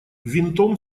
винтом